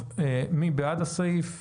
מי בעד אישור סעיף 44(א)?